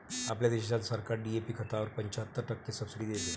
आपल्या देशात सरकार डी.ए.पी खतावर पंच्याहत्तर टक्के सब्सिडी देते